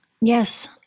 Yes